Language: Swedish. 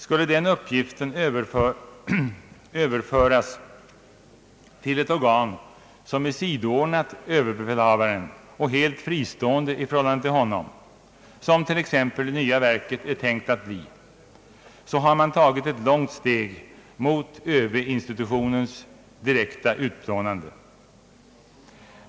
Skulle den uppgiften överföras till ett organ som är sidoordnat överbefälhavaren och helt fristående i förhållande till honom, som t.ex. det nya verket är tänkt att bli, så har man tagit ett långt steg mot ÖB-institutionens utplånande.